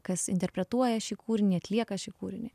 kas interpretuoja šį kūrinį atlieka šį kūrinį